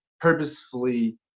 purposefully